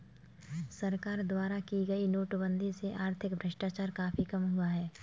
सरकार द्वारा की गई नोटबंदी से आर्थिक भ्रष्टाचार काफी कम हुआ है